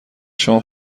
شما